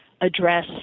address